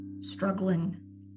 struggling